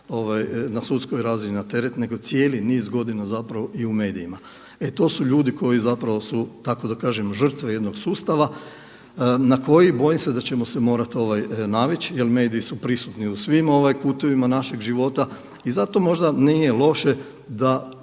na sudskoj razini na teret nego cijeli niz godina zapravo i u medijima. E to su ljudi koji zapravo su, tako da kažem žrtve jednog sustava na koji bojim se da ćemo se morati navići jer mediji su prisutni u svim kutovima našeg života. I zato možda nije loše da